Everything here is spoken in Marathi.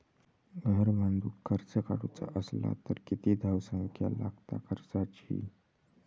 घर बांधूक कर्ज काढूचा असला तर किती धावसंख्या लागता कर्जाची?